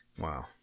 Wow